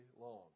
long